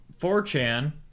4chan